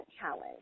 challenge